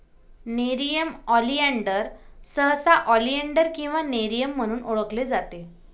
nerium oleander सहसा oleander किंवा nerium म्हणून ओळखले जाते